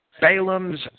Balaam's